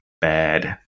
Bad